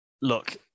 Look